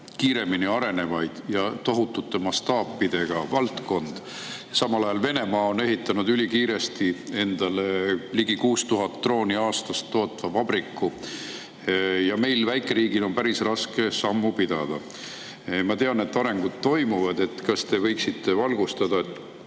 kiiremini arenevaid ja tohutute mastaapidega valdkond. Samal ajal on Venemaa ülikiiresti ehitanud ligi 6000 drooni aastas tootva vabriku ja meil, väikeriigil, on päris raske sellega sammu pidada. Ma tean, et arengud toimuvad. Kas te võiksite valgustada,